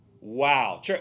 Wow